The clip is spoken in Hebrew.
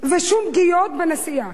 ושום פגיעות בנסיעה?